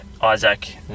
Isaac